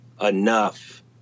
enough